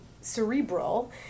cerebral